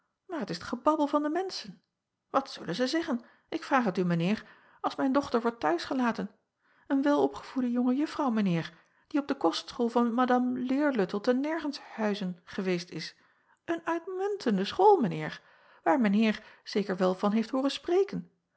maar t is het gebabbel van de menschen at zullen zij zeggen ik vraag het u mijn eer als mijn dochter wordt t huis gelaten een welopgevoede jonge uffrouw mijn eer die op de kostschool van adame eerluttel te ergenshuizen geweest is een uitmuntende school mijn eer waar mijn eer zeker wel van heeft hooren spreken